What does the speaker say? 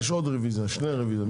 יש עוד רוויזיה שני רוויזיות.